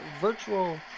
virtual